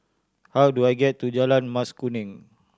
how do I get to Jalan Mas Kuning